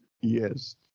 Yes